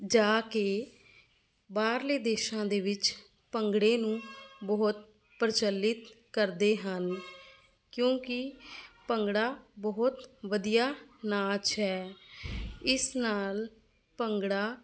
ਜਾ ਕੇ ਬਾਹਰਲੇ ਦੇਸ਼ਾਂ ਦੇ ਵਿੱਚ ਭੰਗੜੇ ਨੂੰ ਬਹੁਤ ਪ੍ਰਚਲਿਤ ਕਰਦੇ ਹਨ ਕਿਉਂਕਿ ਭੰਗੜਾ ਬਹੁਤ ਵਧੀਆ ਨਾਚ ਹੈ ਇਸ ਨਾਲ ਭੰਗੜਾ